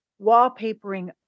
wallpapering